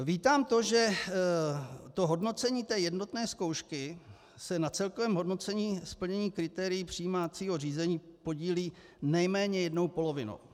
Vítám to, že to hodnocení té jednotné zkoušky se na celkovém hodnocení splnění kritérií přijímacího řízení podílí nejméně jednou polovinou.